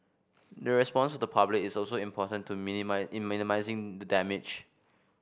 the response the public is also important in in minimising the damage